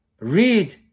read